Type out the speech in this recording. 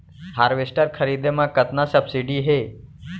Harvester खरीदे म कतना सब्सिडी हे?